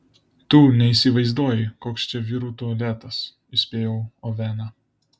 tu neįsivaizduoji koks čia vyrų tualetas įspėjau oveną